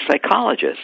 psychologist